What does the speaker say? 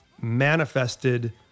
manifested